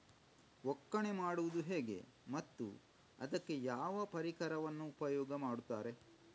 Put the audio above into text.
ಒಕ್ಕಣೆ ಮಾಡುವುದು ಹೇಗೆ ಮತ್ತು ಅದಕ್ಕೆ ಯಾವ ಪರಿಕರವನ್ನು ಉಪಯೋಗ ಮಾಡುತ್ತಾರೆ?